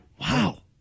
wow